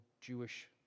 Jewish